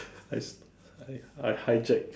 I I I hijack